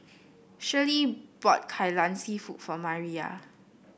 Shirlie bought Kai Lan seafood for Mariyah